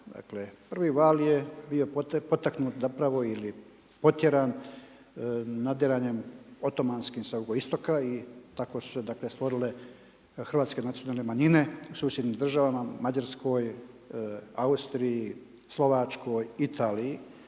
prvi val je bio potaknut zapravo ili potjeran nadiranjem otomanskim sa jugoistoka i tako su se dakle stvorile hrvatske nacionalne manjine u susjednim državama Mađarskoj, Austriji, Slovačkoj, Italiji.